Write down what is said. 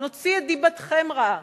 נוציא את דיבתכם רעה.